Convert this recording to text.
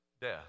death